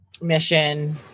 mission